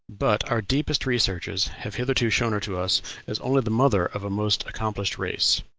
but our deepest researches have hitherto shown her to us as only the mother of a most accomplished race.